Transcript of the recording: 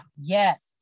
yes